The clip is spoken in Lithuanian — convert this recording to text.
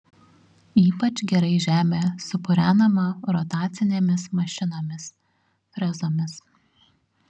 ypač gerai žemė supurenama rotacinėmis mašinomis frezomis